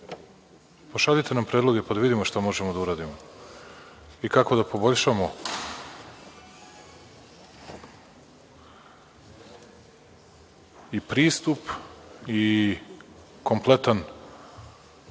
Pošaljite nam predloge, pa da vidimo šta možemo da uradimo i kako da poboljšamo i pristup i kompletan